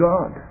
God